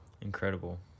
incredible